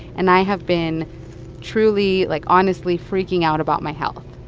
and i have been truly, like, honestly freaking out about my health.